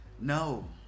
No